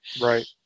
Right